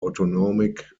autonomic